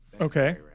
Okay